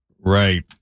Right